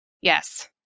Yes